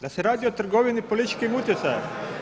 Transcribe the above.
Da se radi o trgovini političkim utjecajem.